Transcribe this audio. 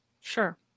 sure